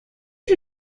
się